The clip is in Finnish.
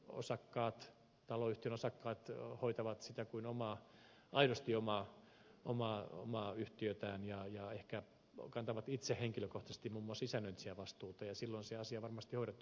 niissä taloyhtiön osakkaat hoitavat sitä kuin aidosti omaa yhtiötään ja ehkä kantavat itse henkilökohtaisesti muun muassa isännöitsijävastuuta ja silloin se asia on varmasti hoidettu